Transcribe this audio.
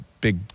big